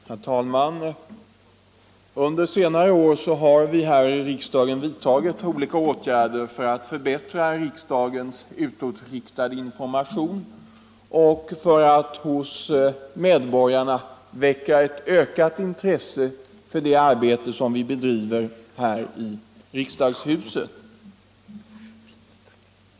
Herr talman! Under senare år har vi vidtagit olika åtgärder för att förbättra riksdagens utåtriktade information och för att hos medborgarna väcka ett ökat intresse för det arbete vi bedriver här i riksdagshuset.